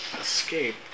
escape